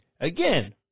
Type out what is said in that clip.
again